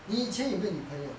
你以前有没有女朋友